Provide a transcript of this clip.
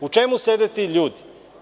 U čemu sede ti ljudi?